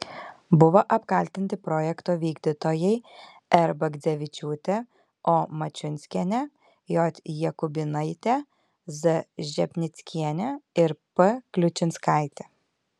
buvo apkaltinti projekto vykdytojai r bagdzevičiūtė o mačiunskienė j jakubynaitė z žepnickienė p kliučinskaitė